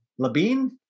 Labine